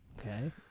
Okay